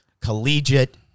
collegiate